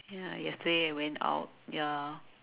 ya yesterday I went out ya